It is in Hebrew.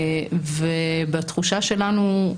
ובתחושה שלנו,